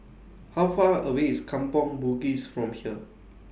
How Far away IS Kampong Bugis from here